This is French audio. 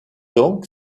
donc